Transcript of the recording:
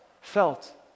felt